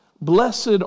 blessed